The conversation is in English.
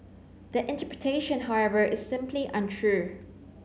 that interpretation however is simply untrue